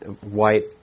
white